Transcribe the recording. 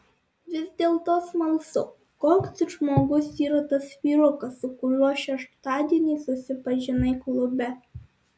vis dėlto smalsu koks žmogus yra tas vyrukas su kuriuo šeštadienį susipažinai klube